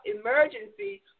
emergency